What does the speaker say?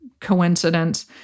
coincidence